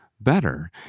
better